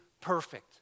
perfect